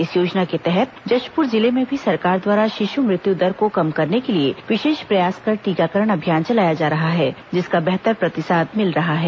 इस योजना के तहत जशप्र जिले में भी सरकार द्वारा शिश् मृत्यु दर को कम करने के लिए विशेष प्रयास कर टीकाकरण अभियान चलाया जा रहा है जिसका बेहतर प्रतिसाद मिल रहा है